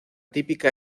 típica